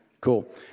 Cool